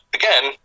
again